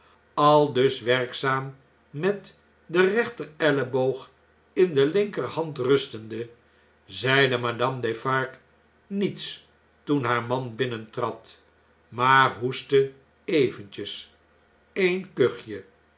aldus werkzaam met den rechterelleboog in de linkerhand rustende zeide madame defarge niets toen haar man binnentrad maar hoestteeventjes een kuchje